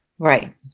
Right